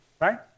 right